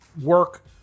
work